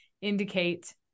indicate